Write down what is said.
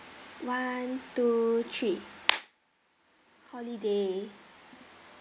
one two three holiday